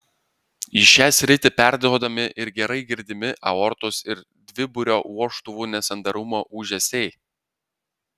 į šią sritį perduodami ir gerai girdimi aortos ir dviburio vožtuvų nesandarumo ūžesiai